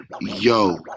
Yo